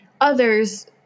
others